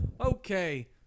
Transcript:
Okay